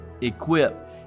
equip